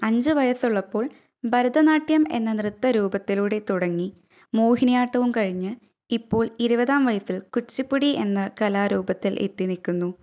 അഞ്ചു വയസ്സുള്ളപ്പോൾ ഭരതനാട്യം എന്ന നൃത്ത രൂപത്തിലൂടെ തുടങ്ങി മോഹിനിയാട്ടവും കഴിഞ്ഞ് ഇപ്പോൾ ഇരുപതാം വയസ്സിൽ കുച്ചിപ്പുടി എന്ന കലാരൂപത്തിൽ എത്തി നിൽക്കുന്നു